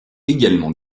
également